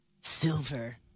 Silver